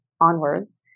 onwards